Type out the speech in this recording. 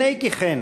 הנה כי כן,